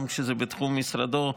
גם כשזה בתחום משרדו,